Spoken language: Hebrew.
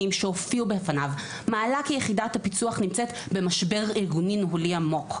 שהופיעו בפניו מעלה כי יחידת הפיצו"ח נמצאת במשבר ארגוני ניהולי עמוק".